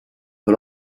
but